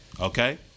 okay